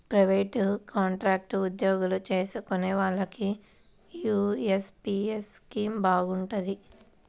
private, contract ఉద్యోగాలు చేసుకునే వాళ్లకి యీ ఎన్.పి.యస్ స్కీమ్ బాగుంటది